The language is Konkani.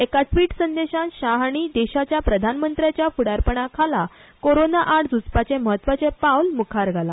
एका ट्रीट संदेशांत शाह हांणी देशाच्या प्रधानमंत्र्याच्या फुडारपणा खाला कोरोना आड झुजपाचे म्हत्वाचें पावल मुखार घाला